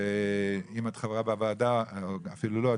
ואם את חברה בוועדה או אפילו לא,